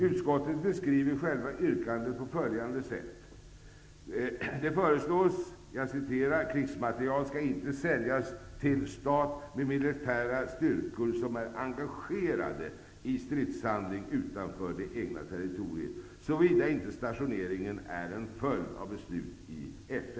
Utskottet beskriver yrkandet på följande sätt: ''Krigsmateriel skall inte säljas till stat med militära styrkor, som är engagerade i stridshandling utanför det egna territoriet, -- såvida inte stationeringen är en följd av beslut i FN.''